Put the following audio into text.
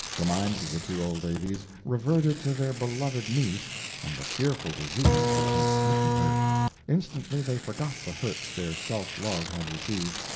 the minds of the two old ladies reverted to their beloved niece and the fearful disease which had smitten her instantly they forgot the hurts their self-love had received,